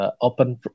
open